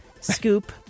scoop